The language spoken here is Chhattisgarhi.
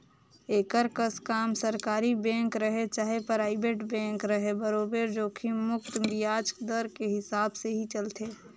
एकर कस काम सरकारी बेंक रहें चाहे परइबेट बेंक रहे बरोबर जोखिम मुक्त बियाज दर के हिसाब से ही चलथे